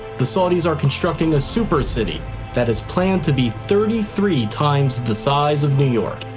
the saudis are constructing a super city that is planned to be thirty three times the size of new york.